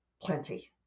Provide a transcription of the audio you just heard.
plenty